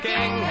King